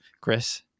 Chris